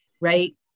Right